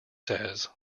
says